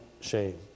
shame